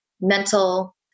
mental